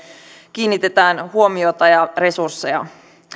kiinnitetään huomiota ja resursseja